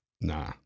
nah